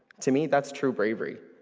to me, that's true bravery.